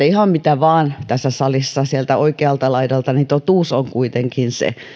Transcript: ihan mitä vain tässä salissa sieltä oikealta laidalta niin totuus on kuitenkin se